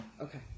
Okay